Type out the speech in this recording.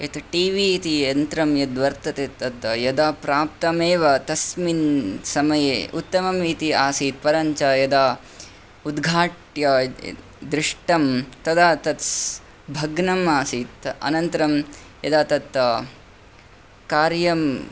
यत् TV इति यन्त्रं यद्वर्तते तत् यदा प्राप्तम् एव तस्मिन् समये उत्तमम् इति आसीत् परञ्च यदा उद्घाट्य दृष्टं तदा तत् भग्नम् आसीत् अनन्तरं यद तत् कार्यम्